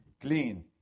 clean